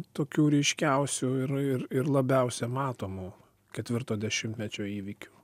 tokių ryškiausių ir ir ir labiausiai matomų ketvirto dešimtmečio įvykių